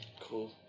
Cool